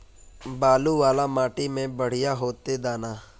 बालू वाला माटी में बढ़िया होते दाना?